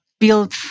build